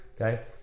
okay